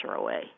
away